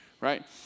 right